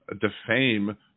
defame